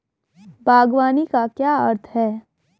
बागवानी का क्या अर्थ है?